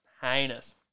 heinous